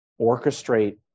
orchestrate